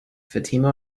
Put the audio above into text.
fatima